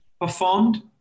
performed